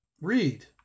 Read